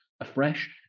afresh